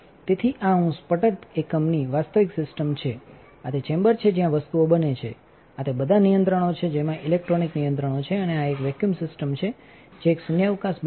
તેથી આ હુંસ્પટર એકમની વાસ્તવિક સિસ્ટમ છે આ તે ચેમ્બર છે જ્યાં વસ્તુઓ બને છે આ તે બધા નિયંત્રણો છે જેમાં ઇલેક્ટ્રોનિક નિયંત્રણ છે અને આ એક વેક્યૂમ સિસ્ટમ છે જે એક શૂન્યાવકાશ બનાવે છે